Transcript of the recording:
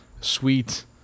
sweet